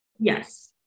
Yes